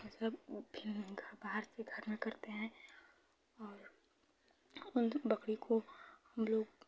मतलब फिर बाहर से घर में करते हैं और उन बकरी को हमलोग